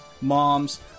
moms